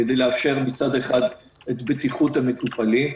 די לאפשר מצד אחד את בטיחות המטופלים.